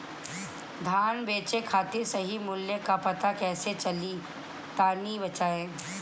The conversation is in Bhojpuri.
धान बेचे खातिर सही मूल्य का पता कैसे चली तनी बताई?